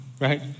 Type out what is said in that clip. right